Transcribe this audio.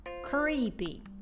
Creepy